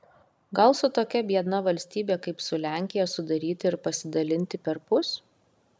gal su tokia biedna valstybe kaip su lenkija sudaryti ir pasidalinti perpus